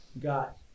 Got